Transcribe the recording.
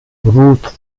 ruth